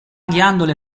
ghiandole